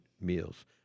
meals